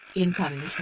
Incoming